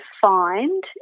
find